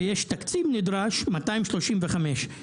ויש תקציב נדרש של 235 מיליון ₪.